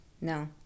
no